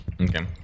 okay